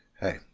hey